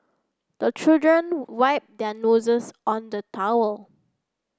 the children wipe their noses on the towel